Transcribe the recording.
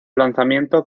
lanzamiento